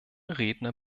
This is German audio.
redner